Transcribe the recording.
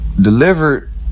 delivered